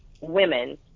women